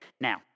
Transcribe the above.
Now